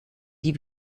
die